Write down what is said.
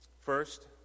First